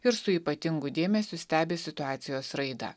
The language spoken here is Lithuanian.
ir su ypatingu dėmesiu stebi situacijos raidą